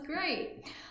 great